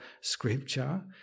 Scripture